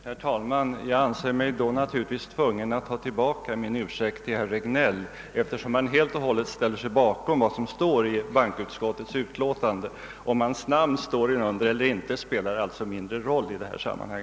Herr talman! Jag anser mig då naturligtvis tvungen att ta tillbaka min ursäkt till herr Regnéll, eftersom han helt och hållet ställer sig bakom vad som står i bankoutskottets utlåtande. — Om hans namn står inunder detta eller inte spelar alltså mindre roll i detta sammanhang.